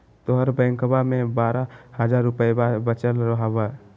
तोहर बैंकवा मे बारह हज़ार रूपयवा वचल हवब